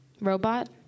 Robot